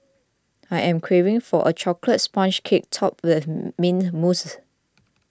I am craving for a Chocolate Sponge Cake Topped with Mint Mousse